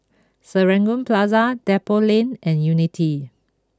Serangoon Plaza Depot Lane and Unity